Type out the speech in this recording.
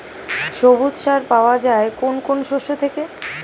সবুজ সার পাওয়া যায় কোন কোন শস্য থেকে?